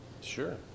Sure